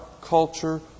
culture